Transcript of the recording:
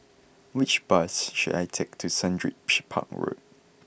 which bus should I take to Sundridge Park Road